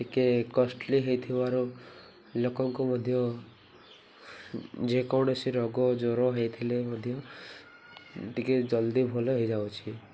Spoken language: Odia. ଟିକେ କଷ୍ଟଲି ହେଇଥିବାରୁ ଲୋକଙ୍କୁ ମଧ୍ୟ ଯେକୌଣସି ରୋଗ ଜ୍ଵର ହେଇଥିଲେ ମଧ୍ୟ ଟିକେ ଜଲ୍ଦି ଭଲ ହେଇଯାଉଛି